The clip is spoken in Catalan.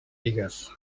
bigues